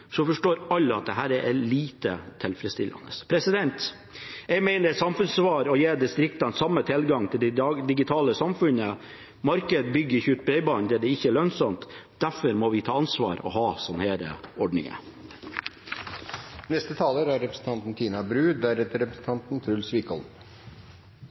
forstår alle at dette er lite tilfredsstillende. Jeg mener det er et samfunnsansvar å gi distriktene samme tilgang til det digitale samfunnet. Markedet bygger ikke ut bredbånd der det ikke er lønnsomt. Derfor må vi ta ansvar og ha slike ordninger som dette. God samferdselspolitikk er